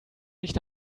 nicht